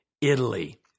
Italy